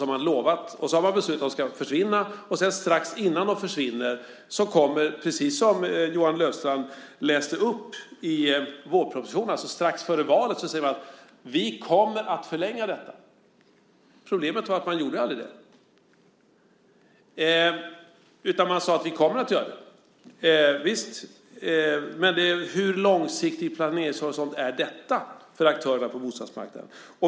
Sedan har man återigen beslutat att de ska försvinna, och strax innan de försvinner, alltså strax före valet, säger man, precis som Johan Löfstrand läste upp ur vårpropositionen, att man förlänger dem. Problemet är bara att man aldrig gjorde det, utan man sade bara att det skulle göras. Hur lång är planeringshorisonten då för aktörerna på bostadsmarknaden?